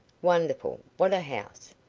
wonderful! what a house!